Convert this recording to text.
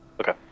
okay